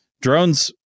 drones